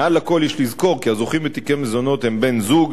מעל לכול יש לזכור שהזוכים בתיקי מזונות הם בן-זוג,